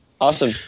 Awesome